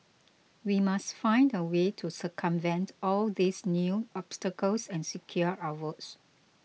we must find a way to circumvent all these new obstacles and secure our votes